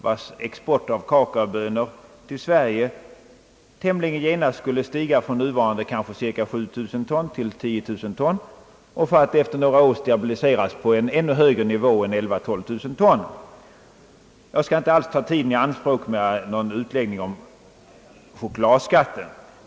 Deras export av kakaobönor till Sverige skulle tämligen genast stiga från nuvarande kanske cirka 7 000 ton om året till 10 000 ton för att efter några år stabiliseras på en ännu högre nivå, kanske 11000 eller 12 000 ton. Jag skall inte ta upp tid med utläggning om chokladskatten.